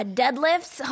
deadlifts